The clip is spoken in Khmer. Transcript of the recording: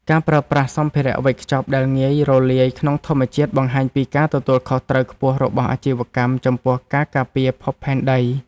ការប្រើប្រាស់សម្ភារវេចខ្ចប់ដែលងាយរលាយក្នុងធម្មជាតិបង្ហាញពីការទទួលខុសត្រូវខ្ពស់របស់អាជីវកម្មចំពោះការការពារភពផែនដី។